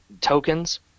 tokens